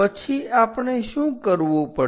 પછી આપણે શું કરવું પડશે